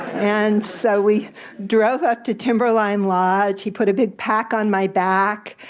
and so we drove up to timberline lodge, he put a big pack on my back,